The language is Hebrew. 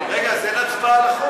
רגע, אז אין הצבעה על החוק?